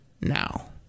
now